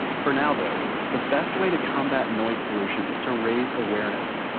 for now, though, the best way to combat noise pollution is to raise awareness.